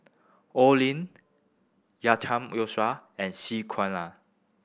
Oi Lin Yusof and C Kunalan